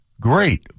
great